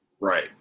Right